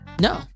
No